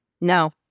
No